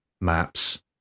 Maps